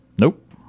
Nope